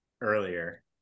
earlier